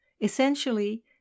Essentially